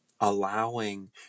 allowing